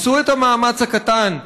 עשו את המאמץ הקטן.